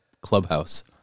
clubhouse